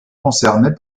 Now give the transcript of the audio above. concernés